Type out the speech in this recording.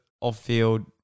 off-field